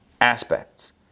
aspects